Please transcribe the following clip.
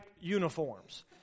uniforms